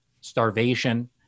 starvation